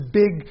big